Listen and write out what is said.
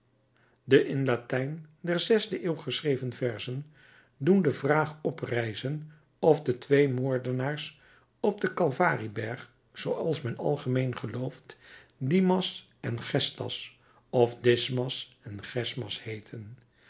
deze in latijn der zesde eeuw geschreven verzen doen de vraag oprijzen of de twee moordenaars op den kalvarieberg zooals men algemeen gelooft dimas en